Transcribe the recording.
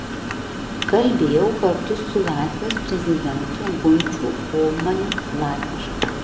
kalbėjau kartu su latvijos prezidentu gunčiu ulmaniu latviškai